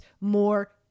more